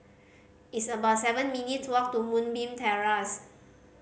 it's about seven minutes' walk to Moonbeam Terrace